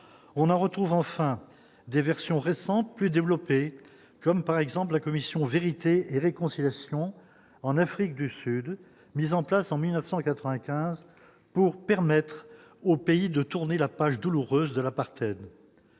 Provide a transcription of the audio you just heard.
on en retrouve enfin des versions récentes plus développé, comme par exemple la commission Vérité et réconciliation en Afrique du Sud, mise en place en 1995 pour permettre au pays de tourner la page douloureuse de l'apartheid,